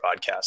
podcast